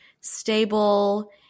stable